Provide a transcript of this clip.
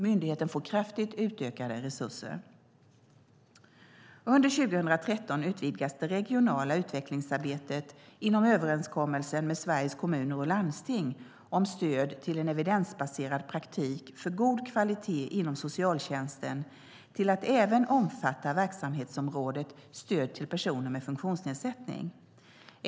Myndigheten får kraftigt utökade resurser. Under 2013 utvidgas det regionala utvecklingsarbetet inom överenskommelsen med Sveriges Kommuner och Landsting om stöd till en evidensbaserad praktik för god kvalitet inom socialtjänsten till att även omfatta verksamhetsområdet stöd till personer med funktionsnedsättning.